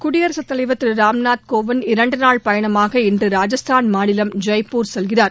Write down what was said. குடியரசுத்தலைவர் திரு ராம்நாத் கோவிந்த் இரண்டு நாள் பயணமாக இன்று ராஜஸ்தான் மாநிலம் ஜெய்ப்பூர் செல்கிறார்